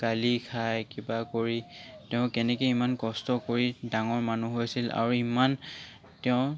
গালি খাই কিবা কৰি তেওঁ কেনেকৈ ইমান কষ্ট কৰি ডাঙৰ মানুহ হৈছিল আৰু ইমান তেওঁ